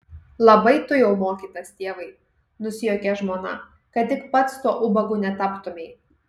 labai tu jau mokytas tėvai nusijuokė žmona kad tik pats tuo ubagu netaptumei